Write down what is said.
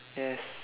yes